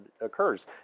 occurs